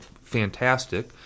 fantastic